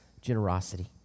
generosity